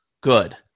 good